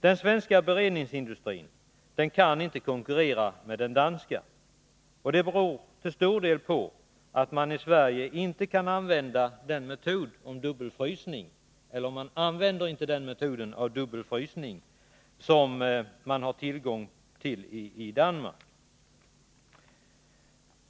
Den svenska beredningsindustrin kan inte konkurrera med den danska. Det beror till stor del på att man i Sverige inte använder den metod med dubbelfrysning som man har tillgång till i Danmark.